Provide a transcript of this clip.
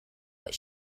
what